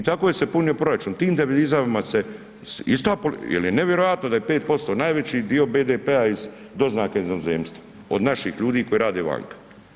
I tako se punio proračun, tim devizama, ista, jer je nevjerojatno da je 5% najveći dio BDP-a iz doznaka iz inozemstva od naših ljudi koji rade vanka.